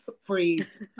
freeze